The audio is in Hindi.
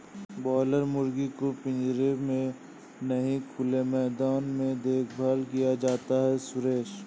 बॉयलर मुर्गी को पिंजरे में नहीं खुले मैदान में देखभाल किया जाता है सुरेश